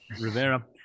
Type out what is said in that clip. Rivera